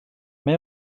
mae